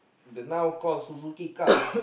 the now called Suzuki-Cup